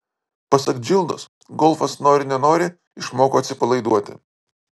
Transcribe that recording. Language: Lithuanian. pasak džildos golfas nori nenori išmoko atsipalaiduoti